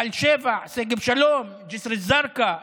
תל שבע, שגב שלום, ג'יסר א-זרקא,